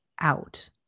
out